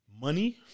money